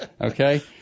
Okay